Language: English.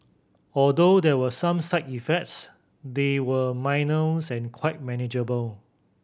although there were some side effects they were minors and quite manageable